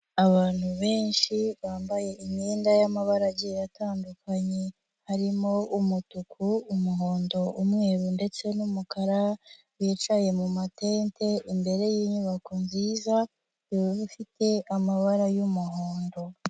abantu benshi bambaye imyenda y'amabara atandukanye, harimo umutuku, umuhondo, umweru ndetse n'umukara, bicaye mu mumatente, imbere y'inyubako nziza ifite amabara y'umuhondo.